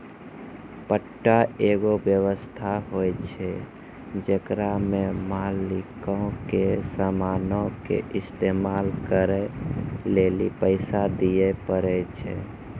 पट्टा एगो व्य्वस्था होय छै जेकरा मे मालिको के समानो के इस्तेमाल करै लेली पैसा दिये पड़ै छै